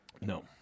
No